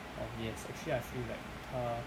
um yes actually I feel that err